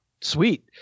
sweet